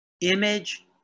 Image